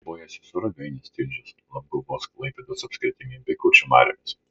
ribojosi su ragainės tilžės labguvos klaipėdos apskritimis bei kuršių mariomis